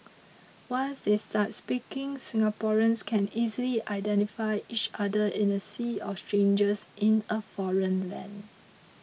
once they start speaking Singaporeans can easily identify each other in a sea of strangers in a foreign land